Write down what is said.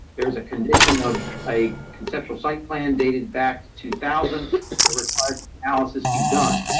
there is a condition of a conceptual site plan dated back two thousand, it required analysis be done.